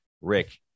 Rick